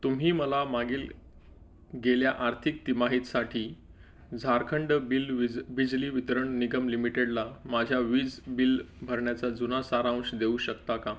तुम्ही मला मागील गेल्या आर्थिक तिमाहीतसाठी झारखंड बिल विज बिजली वितरण निगम लिमिटेडला माझ्या वीज बिल भरण्याचा जुना सारांश देऊ शकता का